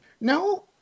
no